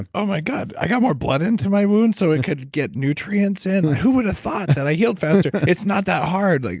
and oh my god. i got more blood into my wound so it could get nutrients in. who would've thought that i healed faster? it's not that hard. like